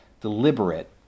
deliberate